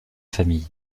famille